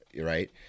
Right